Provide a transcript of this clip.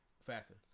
Faster